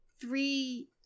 three